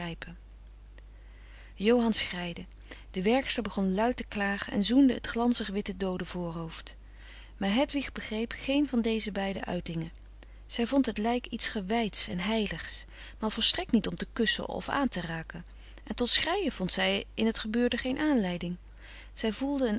johan schreide de werkster begon luid te klagen en zoende het glanzig witte dooden voorhoofd maar hedwig begreep geen van deze beide uitingen zij vond frederik van eeden van de koele meren des doods het lijk iets gewijds en heiligs maar volstrekt niet om te kussen of aan te raken en tot schreien vond zij in het gebeurde geen aanleiding zij voelde